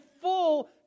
full